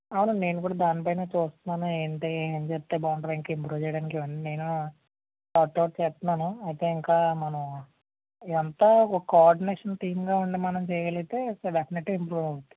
అవును అండి నేను కూడా దానిపైనే చూస్తున్నాను ఏంటి ఏం చెపితే బాగుంటుంది ఇంకా ఇంప్రూవ్ చేయడానికి ఇవన్నీ నేను సార్ట్ ఔట్ చేస్తున్నాను అయితే ఇంకా మనం ఎంత ఒక కోఆర్డినేషన్ టీమ్గా ఉండి మనం చేయకలిగితే డెఫినెట్టుగా ఇంప్రూవ్ అవుతుంది